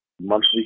Monthly